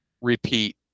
repeat